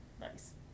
Nice